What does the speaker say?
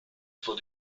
für